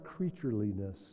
creatureliness